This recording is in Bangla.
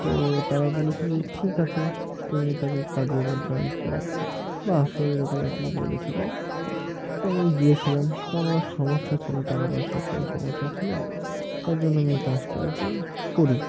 তো তারা বলেছিল যে ঠিক আছে তুমি তার এই কাজে এবার জয়েন করো বা আসো এরকম একটি বলেছিলো তো আমি গিয়েছিলাম কারণ আমার সমস্যা ছিল টাকা পয়সার খুবই সমস্যা ছিলো তার জন্য আমি এই কাজটা আর কি করি